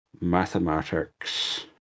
Mathematics